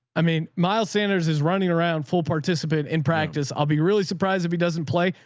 i mean miles sanders is running around full participant in practice. i'll be really surprised if he doesn't play.